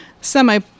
semi